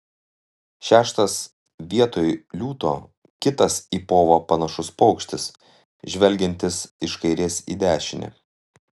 šeštas vietoj liūto kitas į povą panašus paukštis žvelgiantis iš kairės į dešinę